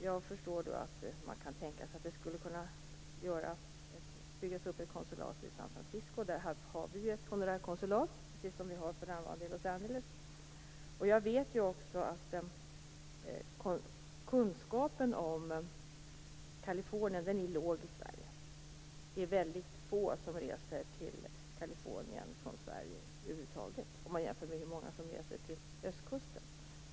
Jag förstår att man tänker sig att ett konsulat skulle kunna byggas upp i San Fransisco - där har vi ju ett honorärkonsulat, precis som vi för närvarande har också i Los Jag vet att kunskapen om Kalifornien är liten i Sverige. Det är över huvud taget väldigt få från Sverige som reser till Kalifornien, i jämförelse med hur många som reser till östkusten.